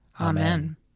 Amen